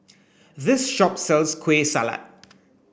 this shop sells Kueh Salat